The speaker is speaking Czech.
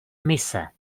mise